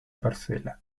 parcela